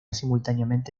simultáneamente